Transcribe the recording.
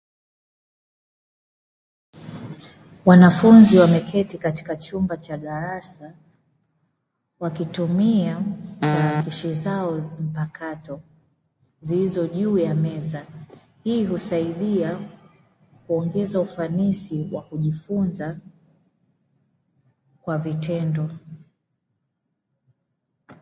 Wanafunzi wameketi katika chumba cha darasa wakitumia tarakishi zao mpakato, zilizo juu ya meza hii husaidia kuongeza ufanisi wa kujifunza kwa vitendo.